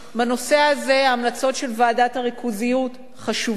בנושא הזה, ההמלצות של ועדת הריכוזיות חשובות.